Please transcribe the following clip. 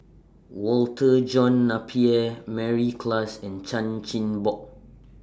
Walter John Napier Mary Klass and Chan Chin Bock